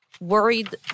worried